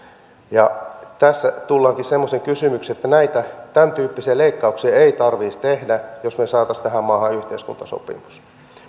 niin tässä tullaankin semmoiseen kysymykseen että näitä tämäntyyppisiä leikkauksia ei tarvitsisi tehdä jos me saisimme tähän maahan yhteiskuntasopimuksen